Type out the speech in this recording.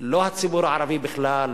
לא הציבור הערבי בכלל,